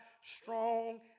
strong